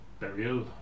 burial